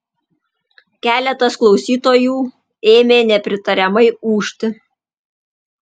keletas klausytojų ėmė nepritariamai ūžti